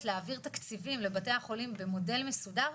להעביר תקציבים לבתי החולים במודל מסודר,